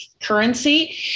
currency